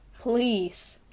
Please